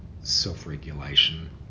self-regulation